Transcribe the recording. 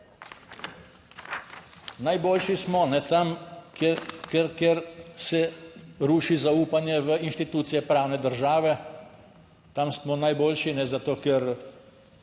Najboljši smo tam, kjer se ruši zaupanje v institucije pravne države. Tam smo najboljši, zato ker